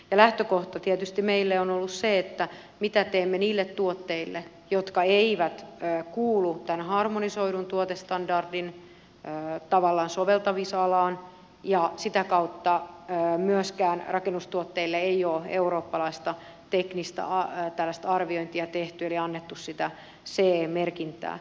lähtökohta tietysti meillä on ollut se mitä teemme niille tuotteille jotka eivät tavallaan kuulu tämän harmonisoidun tuotestandardin soveltamisalaan ja sitä kautta myöskään rakennustuotteille ei ole eurooppalaista teknistä arviointia tehty eli annettu sitä ce merkintää